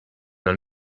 man